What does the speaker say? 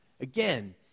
again